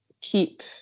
keep